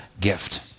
gift